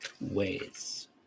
ways